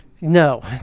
No